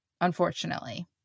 unfortunately